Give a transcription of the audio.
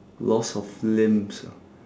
loss of limbs ah